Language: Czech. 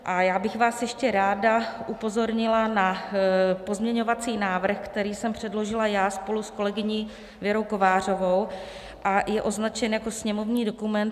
A já bych vás ještě ráda upozornila na pozměňovací návrh, který jsem předložila já spolu s kolegyní Věrou Kovářovou a je označen jako sněmovní dokument 6634.